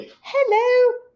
hello